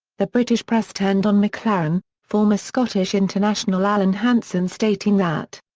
the british press turned on mcclaren, former scottish international alan hansen stating that.